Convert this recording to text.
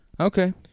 Okay